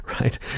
right